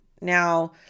Now